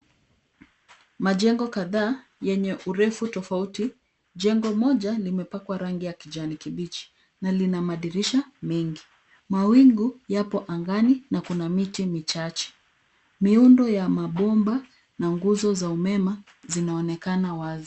Majengo kadhaa yenye urefu tofauti. Jengo moja limepakwa rangi ya kijani kibichi na lina madirisha mengi. Mawingu yapo angani na kuna miti michache. Miundo ya mabomba na nguzo za umeme zinaonekana wazi.